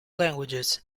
languages